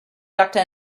doctor